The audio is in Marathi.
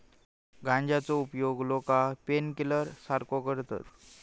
गांजाचो उपयोग लोका पेनकिलर सारखो करतत